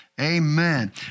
Amen